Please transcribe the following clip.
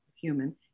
human